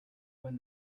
when